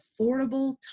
affordable